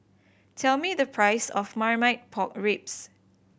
tell me the price of Marmite Pork Ribs